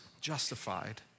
justified